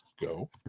go